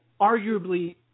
arguably